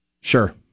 Sure